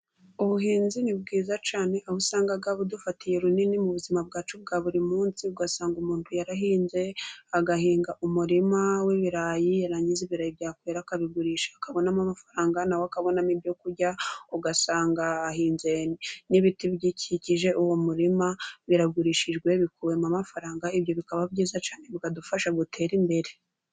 Ubuhinzi ni bwiza cyane, aho usanga udufatiye runini mu buzima bwacu bwa buri munsi, ugasanga umuntu yarahinze agahinga umurima w'ibirayi, yarangiza ibirayi byakwera akabigurisha akabonamo amafaranga nawe akabonamo ibyo kurya, ugasanga hahinze n'ibiti bikikije uwo murima biragurishijwe bikuwemo amafaranga, ibyo bikaba byiza cyane bikadufasha ngo dutere imbere.